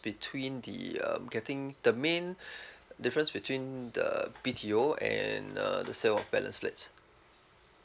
between the um getting the main difference between the B_T_O and uh the sales of balance flats